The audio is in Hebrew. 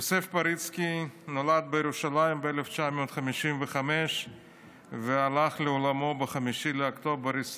יוסף פריצקי נולד בירושלים ב-1955 והלך לעולמו ב-5 באוקטובר 2021